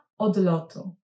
odlotu